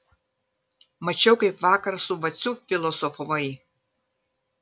mačiau kaip vakar su vaciu filosofavai